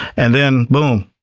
and then, boom.